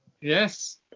Yes